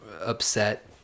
upset